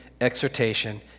exhortation